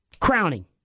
crowning